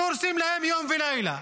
שהורסים להם יום ולילה.